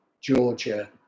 Georgia